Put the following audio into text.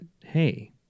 Hey